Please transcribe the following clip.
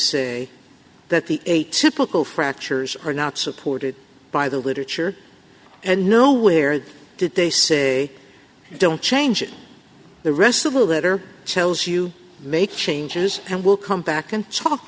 say that the a typical fractures are not supported by the literature and nowhere did they say don't change the rest of the letter tells you make changes and we'll come back and talk